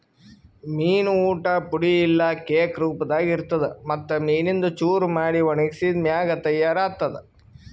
ಮೀನು ಊಟ್ ಪುಡಿ ಇಲ್ಲಾ ಕೇಕ್ ರೂಪದಾಗ್ ಇರ್ತುದ್ ಮತ್ತ್ ಮೀನಿಂದು ಚೂರ ಮಾಡಿ ಒಣಗಿಸಿದ್ ಮ್ಯಾಗ ತೈಯಾರ್ ಆತ್ತುದ್